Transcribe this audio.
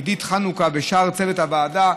עידית חנוכה ושאר צוות הוועדה,